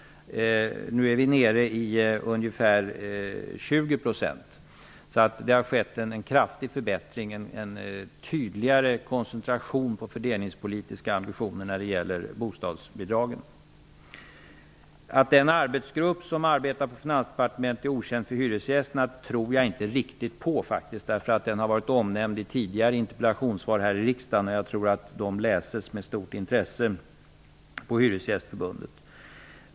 Nu är vi nere i ungefär 20 %. Det har alltså skett en kraftig förbättring, en tydligare koncentration på fördelningspolitiska ambitioner när det gäller bostadsbidragen. Att den arbetsgrupp som arbetar på Finansdepartementet är okänd för hyresgästerna tror jag faktiskt inte riktigt på. Den har omnämnts i tidigare interpellationssvar här i riksdagen, och jag tror att de läses med stort intresse på Hyresgästernas riksförbund.